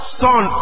son